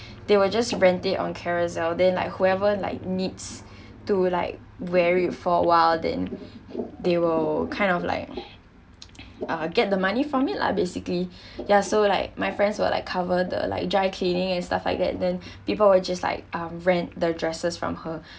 they will just rent it on carousel then like whoever like needs to like wear it for a while then they will kind of like get the money from it lah basically ya so like my friends will like cover the like dry cleaning and stuff like that then people will just like uh rent the dresses from her